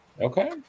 okay